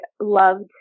loved